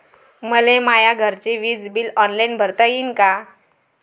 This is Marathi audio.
मले माया घरचे विज बिल ऑनलाईन भरता येईन का?